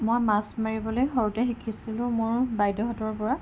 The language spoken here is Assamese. মই মাছ মাৰিবলে সৰুতে শিকিছিলো মোৰ বাইদেউহঁতৰ পৰা